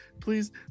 Please